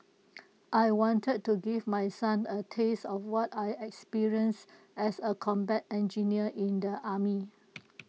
I wanted to give my son A taste of what I experienced as A combat engineer in the army